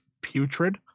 putrid